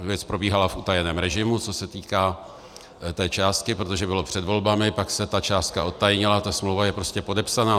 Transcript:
Věc probíhala v utajeném režimu, co se týká částky, protože bylo před volbami, pak se částka odtajnila, smlouva je prostě podepsaná.